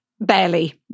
Barely